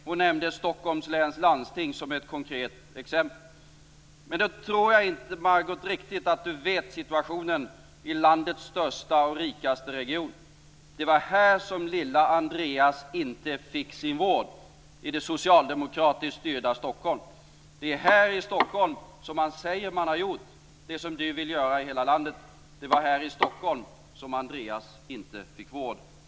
Hon nämnde Stockholms läns landsting som ett konkret exempel. Men då tror jag inte att Margot Wallström riktigt vet hur situationen ser ut i landets största och rikaste region. Det var här i det socialdemokratiskt styrda Stockholm som lilla Andreas inte fick vård. Det är här i Stockholm som man säger att man har gjort det som Margot Wallström vill göra i hela landet. Det var här i Stockholm som Andreas inte fick vård.